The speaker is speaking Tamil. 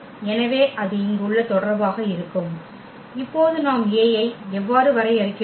எனவே அது இங்குள்ள தொடர்பாக இருக்கும் இப்போது நாம் A ஐ எவ்வாறு வரையறுக்கிறோம்